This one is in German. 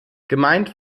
gemeint